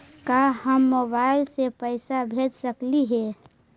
का हम मोबाईल से पैसा भेज सकली हे?